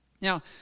Now